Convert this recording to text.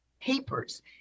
papers